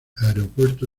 aeropuerto